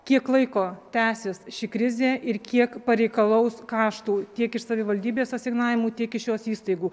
kiek laiko tęsis ši krizė ir kiek pareikalaus kaštų tiek iš savivaldybės asignavimų tiek iš jos įstaigų